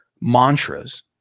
mantras